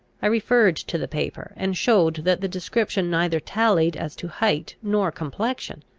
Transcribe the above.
i referred to the paper, and showed that the description neither tallied as to height nor complexion.